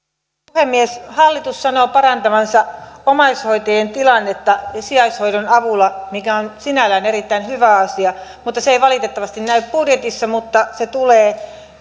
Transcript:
puhemies hallitus sanoo parantavansa omaishoitajien tilannetta sijaishoidon avulla mikä on sinällään erittäin hyvä asia mutta se ei valitettavasti näy budjetissa mutta se tulee